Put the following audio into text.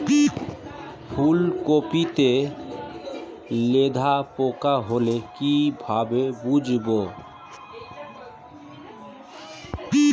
ফুলকপিতে লেদা পোকা হলে কি ভাবে বুঝবো?